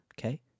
okay